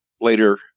later